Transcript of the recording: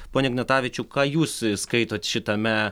pone ignatavičiau ką jūs įskaitot šitame